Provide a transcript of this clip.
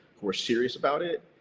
who are serious about it,